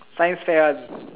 science fair [one]